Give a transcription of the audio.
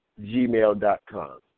gmail.com